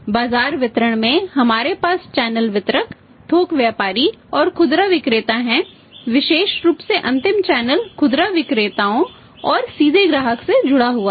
बाजार वितरण में हमारे पास चैनल वितरक थोक व्यापारी और खुदरा विक्रेता हैं विशेष रूप से अंतिम चैनल खुदरा विक्रेताओं और सीधे ग्राहक से जुड़ा हुआ है